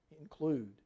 include